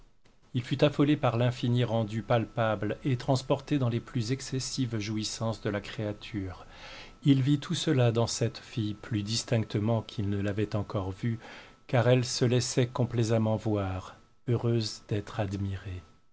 il fut affolé par l'infini rendu palpable et transporté dans les plus excessives jouissances de la créature il vit tout cela dans cette fille plus distinctement qu'il ne l'avait encore vu car elle se laissait complaisamment voir heureuse d'être admirée